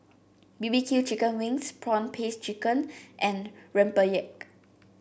B B Q Chicken Wings prawn paste chicken and Rempeyek